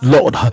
Lord